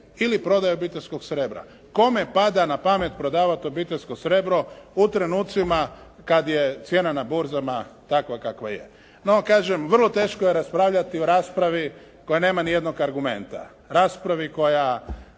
ili prodaja obiteljskog srebra. Kome pada na pamet prodavati obiteljsko srebro u trenucima kada je cijena na burzama takva kakva je. No kažem, vrlo teško je raspravljati o raspravi koja nema ni jednog argumenta. Raspravi koja